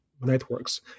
networks